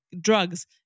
drugs